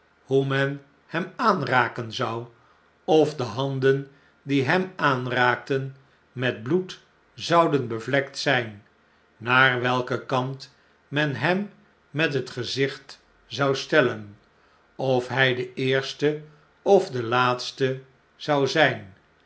hoe men hem aanraken zou of de handen die hem aanraakten met bloed zouden bevlekt zijn naar welken kant men hem met het gezicht zou stellen of hij de eerste of de laatste zou zijn